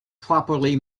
properly